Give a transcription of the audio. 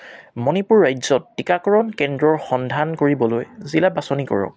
মণিপুৰ ৰাজ্যত টীকাকৰণ কেন্দ্ৰৰ সন্ধান কৰিবলৈ জিলা বাছনি কৰক